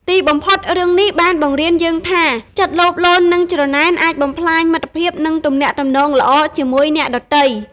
ទីបំផុត រឿងនេះបានបង្រៀនយើងថា ចិត្តលោភលន់និងច្រណែនអាចបំផ្លាញមិត្តភាពនិងទំនាក់ទំនងល្អជាមួយអ្នកដទៃ។